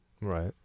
Right